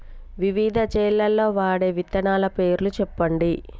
వివిధ చేలల్ల వాడే విత్తనాల పేర్లు చెప్పండి?